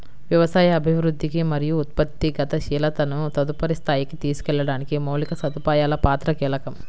వ్యవసాయ అభివృద్ధికి మరియు ఉత్పత్తి గతిశీలతను తదుపరి స్థాయికి తీసుకెళ్లడానికి మౌలిక సదుపాయాల పాత్ర కీలకం